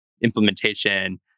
implementation